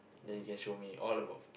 then you can show me all about Phuket